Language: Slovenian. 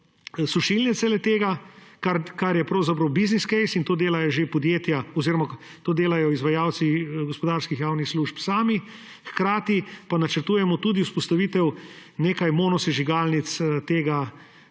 sušilnice le-tega, kar je pravzaprav business case in to delajo izvajalci gospodarskih javnih služb sami. Hkrati pa načrtujemo tudi vzpostavitev nekaj monosežigalnic tega